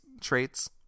traits